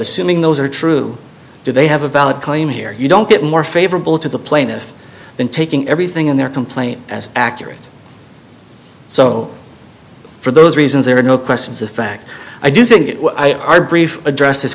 assuming those are true do they have a valid claim here you don't get more favorable to the plaintiff than taking everything in their complaint as accurate so for those reasons there are no questions of fact i do think our brief address this